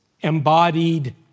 embodied